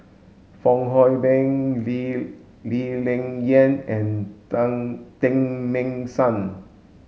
Fong Hoe Beng Lee Lee Ling Yen and Teng Mah Seng